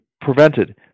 prevented